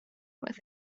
with